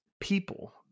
people